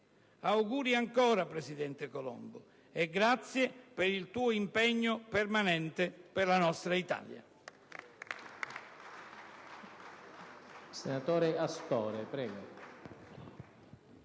Auguri ancora, presidente Colombo, e grazie per il tuo impegno permanente per la nostra Italia.